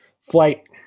flight